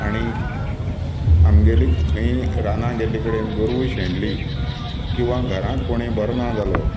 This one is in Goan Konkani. आनी आमगेलीं खंय रानांत गेल्ले कडेन गोरवां शेणलीं किंवां घरांत कोणी बरो ना जालो